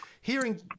hearing